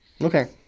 Okay